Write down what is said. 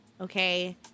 Okay